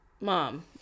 Mom